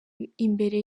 imbere